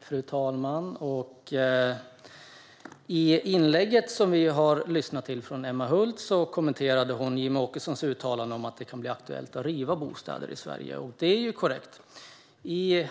Fru talman! Emma Hult kommenterade i sitt inlägg Jimmie Åkessons uttalande om att det kan bli aktuellt att riva bostäder i Sverige. Det är korrekt. I